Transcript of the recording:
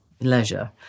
leisure